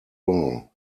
roll